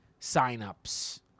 signups